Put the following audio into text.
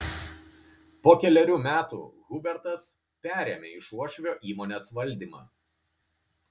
po kelerių metų hubertas perėmė iš uošvio įmonės valdymą